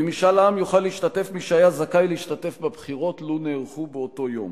במשאל העם יוכל להשתתף מי שהיה זכאי להשתתף בבחירות לו נערכו באותו יום,